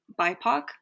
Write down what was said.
BIPOC